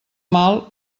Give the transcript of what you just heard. mal